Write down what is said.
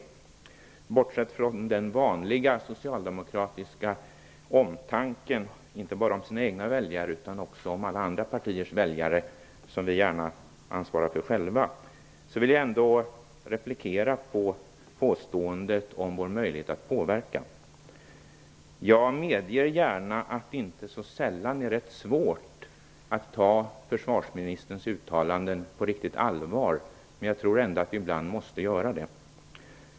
Bortsett från den vanliga socialdemokratiska omtanken - inte bara om sina egna väljare utan också om alla andra partiers väljare, som vi gärna ansvarar för själva - vill jag replikera på påståendet om vår möjlighet att påverka. Jag medger gärna att det inte så sällan är rätt svårt att ta försvarsministerns uttalanden riktigt på allvar. Jag tror ändå att vi ibland måste göra det.